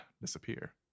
disappear